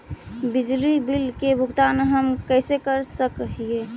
बिजली बिल के भुगतान हम कैसे कर सक हिय?